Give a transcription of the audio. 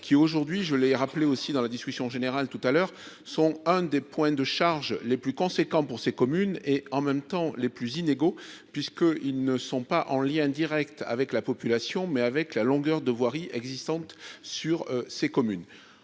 qui, aujourd'hui, je l'ai rappelé aussi dans la discussion générale, tout à l'heure sont un des points de charge les plus conséquents pour ces communes et en même temps les plus inégaux puisque ils ne sont pas en lien Direct avec la population, mais avec la longueur de voiries existantes sur ces communes